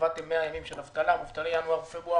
קבעתם 100 ימים של אבטלה, ומובטלי ינואר-פברואר,